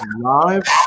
live